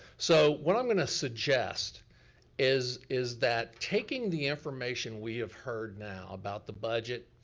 so what i'm gonna suggest is is that taking the information we have heard now about the budget,